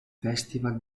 festival